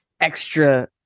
extra